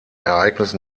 ereignis